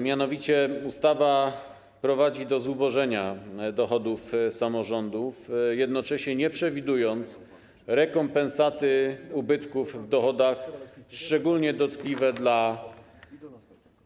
Mianowicie ustawa prowadzi do zubożenia dochodów samorządów, jednocześnie nie przewidując rekompensaty ubytków w dochodach, szczególnie dotkliwych dla